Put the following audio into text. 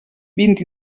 vint